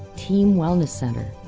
team wellness center.